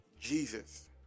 Jesus